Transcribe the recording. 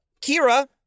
Kira